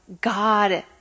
God